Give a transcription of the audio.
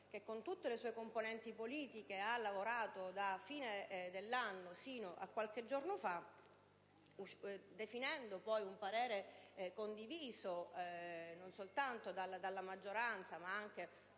con tutte le sue componenti politiche, ha lavorato dalla fine dell'anno scorso sino a qualche giorno fa definendo un parere condiviso non soltanto dalla maggioranza ma anche